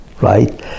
right